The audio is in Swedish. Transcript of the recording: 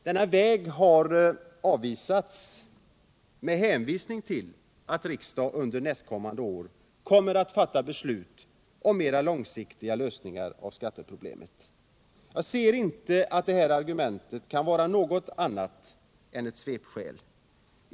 Denna väg har avvisats med hänvisning till att riksdagen under nästkommande år kommer att fatta beslut om en mer långsiktig lösning av skatteproblematiken. Vi ser inte att det argumentet kan vara något annat än ett svepskäl.